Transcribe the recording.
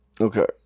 Okay